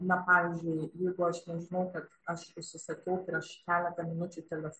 na pavyzdžiui jeigu aš nežinau kad aš užsisakiau prieš keletą minučių telef